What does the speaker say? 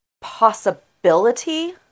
possibility